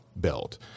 built